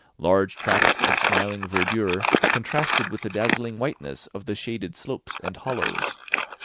large tracts of smiling verdure contrasted with the dazzling whiteness of the shaded slopes and hollows.